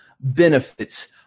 benefits